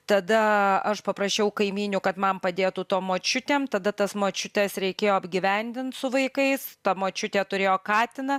tada aš paprašiau kaimynių kad man padėtų tom močiutėm tada tas močiutes reikėjo apgyvendint su vaikais ta močiutė turėjo katiną